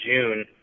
June